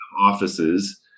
offices